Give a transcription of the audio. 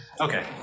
Okay